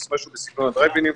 משהו בסגנון הדרייב אינים,